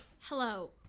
Hello